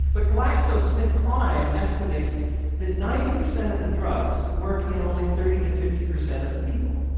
but glaxosmithkline estimates that ninety percent of the drugs work in only thirty to fifty percent of the people.